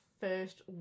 first